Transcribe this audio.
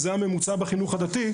שזה הממוצע בחינוך הדתי,